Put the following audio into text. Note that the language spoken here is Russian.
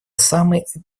самый